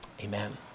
Amen